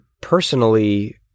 personally